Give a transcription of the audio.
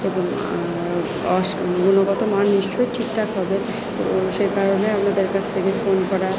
গুণগত মান নিশ্চই ঠিকঠাক হবে সেই কারণে আমরা তার কাছ থেকে ফোন করা